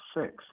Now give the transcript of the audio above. six